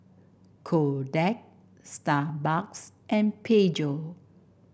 Kodak Starbucks and Peugeot